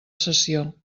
sessió